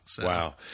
Wow